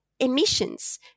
Emissions